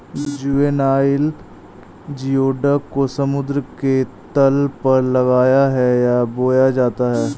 juvenile geoduck को समुद्र के तल पर लगाया है या बोया जाता है